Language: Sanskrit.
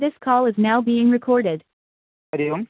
this call is now been recorded Hari Om